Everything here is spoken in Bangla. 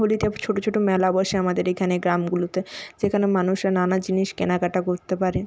হোলিতে ছোটো ছোটো মেলা বসে আমাদের এখানে গ্রামগুলোতে সেখানে মানুষের নানা জিনিস কেনাকাটা করতে পারে